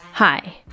Hi